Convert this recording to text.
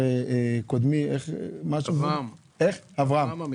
אברהם אמר